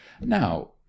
now